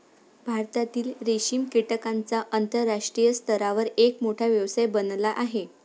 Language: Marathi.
भारतातील रेशीम कीटकांचा आंतरराष्ट्रीय स्तरावर एक मोठा व्यवसाय बनला आहे